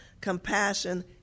compassion